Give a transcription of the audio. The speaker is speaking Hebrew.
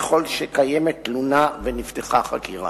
ככל שקיימת תלונה ונפתחה חקירה.